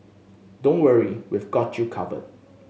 don't worry we've got you covered